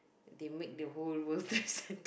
they make the World-Trade-Centre